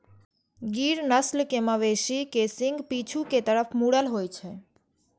गिर नस्ल के मवेशी के सींग पीछू के तरफ मुड़ल होइ छै